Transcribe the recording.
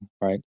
right